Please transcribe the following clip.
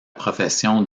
profession